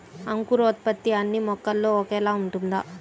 అంకురోత్పత్తి అన్నీ మొక్కల్లో ఒకేలా ఉంటుందా?